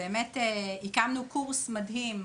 באמת הקמנו קורס מדהים,